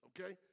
okay